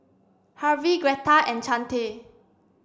Harvy Gretta and Chante